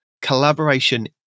Collaboration